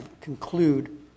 conclude